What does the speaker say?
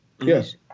Yes